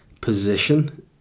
position